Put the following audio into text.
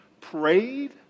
prayed